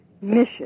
Mission